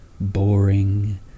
boring